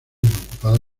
ocupadas